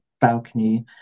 balcony